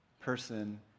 person